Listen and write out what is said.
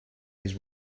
his